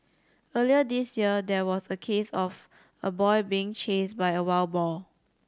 earlier this year there was a case of a boy being chased by a wild boar